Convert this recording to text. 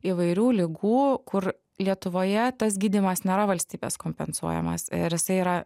įvairių ligų kur lietuvoje tas gydymas nėra valstybės kompensuojamas ir jisai yra